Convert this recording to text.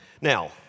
Now